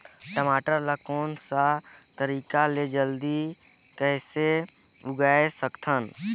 टमाटर ला कोन सा तरीका ले जल्दी कइसे उगाय सकथन?